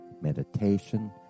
meditation